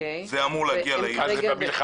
זה אמור להגיע לעיר צפת.